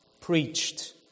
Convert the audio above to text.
preached